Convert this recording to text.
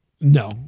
No